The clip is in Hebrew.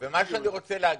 סליחה,